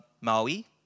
Maui